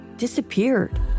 disappeared